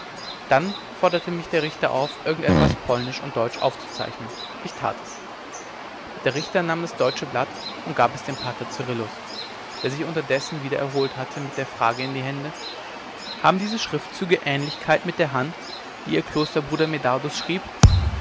dann forderte mich der richter auf irgend etwas polnisch und deutsch aufzuzeichnen ich tat es der richter nahm das deutsche blatt und gab es dem pater cyrillus der sich unterdessen wieder erholt hatte mit der frage in die hände haben diese schriftzüge ähnlichkeit mit der hand die ihr klosterbruder medardus schrieb